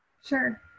Sure